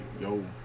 yo